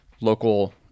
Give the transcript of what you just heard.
local—